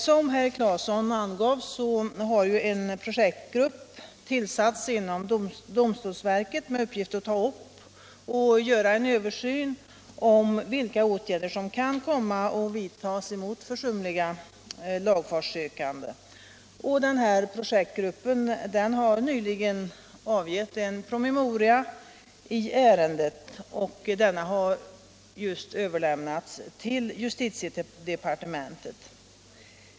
Som herr Claeson framhöll har en projektgrupp tillsatts inom domstolsverket med uppgift att göra en översyn över vilka åtgärder som kan komma att vidtas mat försumliga lagfartssökande. Projektgruppen har nyligen avgett en promemoria i ärendet, vilken just överlämnats till justitiedepartementet.